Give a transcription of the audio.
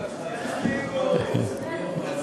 תצמידו אותה.